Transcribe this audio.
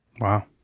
wow